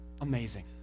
Amazing